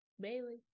bailey